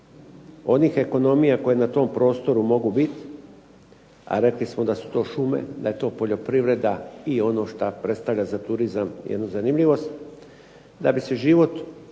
onih ekonomija koje na tom prostoru mogu biti, a rekli smo da su to šume, da je to poljoprivreda i ono što predstavlja za turizam jednu zanimljivost, da bi se život